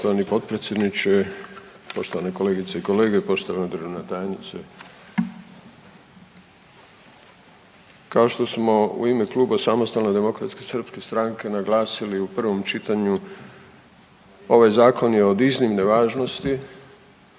Poštovani potpredsjedniče, poštovane kolegice i kolege, poštovana državna tajnice, kao što smo u ime Kluba Samostalne demokratske srpske stranke naglasili u prvom čitanju ovaj zakon je od iznimne važnosti